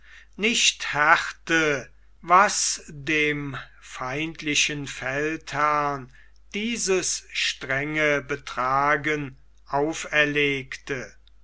nicht härte was dem feindlichen feldherrn dieses strenge betragen auferlegte